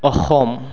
Assam